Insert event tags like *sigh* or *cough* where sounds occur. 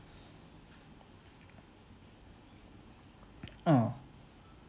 *noise* ah